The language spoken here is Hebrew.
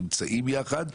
נמצאים יחד.